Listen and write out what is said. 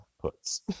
puts